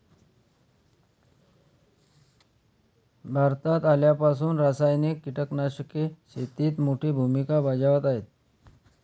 भारतात आल्यापासून रासायनिक कीटकनाशके शेतीत मोठी भूमिका बजावत आहेत